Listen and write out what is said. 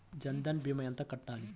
జన్ధన్ భీమా ఎంత కట్టాలి?